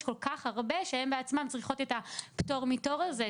יש כל כך הרבה שהן בעצמן צריכות את הפטור מתור הזה,